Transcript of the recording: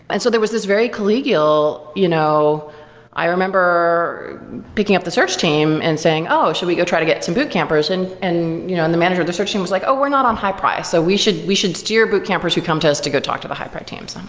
and so there was this very collegial you know i remember picking up the search team and saying, oh, should we go try to get some boot campers? and and you know and the manager, their search team was like, oh, we're not on high-pri, so we should we should steer boot campers who come to us to go talk to the high-pri teams. i'm